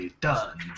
done